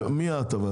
כן, בבקשה.